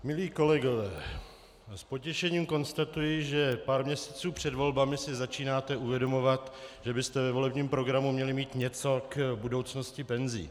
Milí kolegové, s potěšením konstatuji, že pár měsíců před volbami si začínáte uvědomovat, že byste ve volebním programu měli mít něco k budoucnosti penzí.